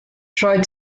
tried